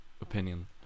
opinion